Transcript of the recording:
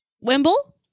Wimble